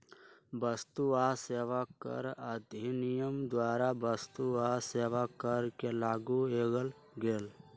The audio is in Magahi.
वस्तु आ सेवा कर अधिनियम द्वारा वस्तु आ सेवा कर के लागू कएल गेल